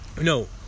no